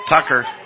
Tucker